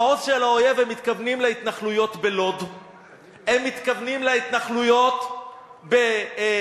המעוז של האויב, הם מתכוונים להתנחלויות בלוד,